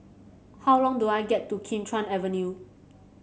how do I get to Kim Chuan Avenue